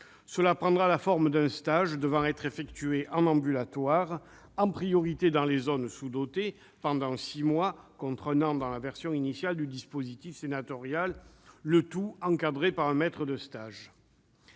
cela prendra la forme d'un stage devant être effectué en ambulatoire, en priorité dans les zones sous-dotées, pendant six mois- contre un an dans la version initiale du dispositif sénatorial -, le tout encadré par un maître de stage. À